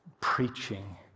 preaching